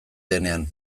denean